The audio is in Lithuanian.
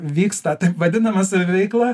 vyksta taip vadinama saviveikla